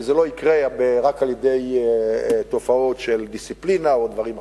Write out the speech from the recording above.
כי זה לא יקרה רק על-ידי תופעות של דיסציפלינה או דברים אחרים,